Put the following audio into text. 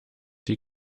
die